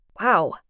Wow